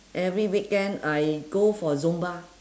every weekend I go for zumba